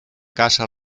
caça